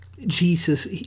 Jesus